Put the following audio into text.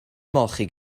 ymolchi